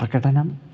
प्रकटनम्